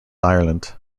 ireland